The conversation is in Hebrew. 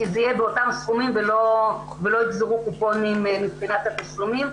שזה יהיה באותם סכומים ולא יגזרו קופונים מבחינת התשלומים,